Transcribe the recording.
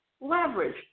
Leverage